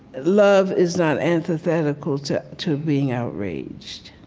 love is not antithetical to to being outraged.